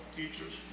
teachers